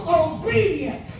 obedient